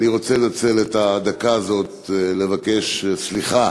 אני רוצה לנצל את הדקה הזאת לבקש סליחה